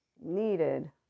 needed